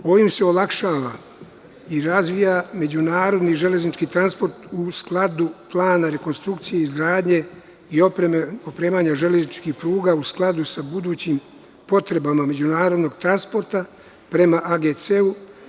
Ovim se olakšava i razvija međunarodniželeznički transport, u skladu plana rekonstrukcije, izgradnje i opremanja železničkih pruga, u skladu sa budućim potrebama međunarodnog transporta prema AGC-u.